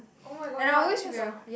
oh-my-god ya I think that's a